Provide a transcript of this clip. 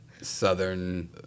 southern